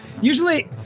Usually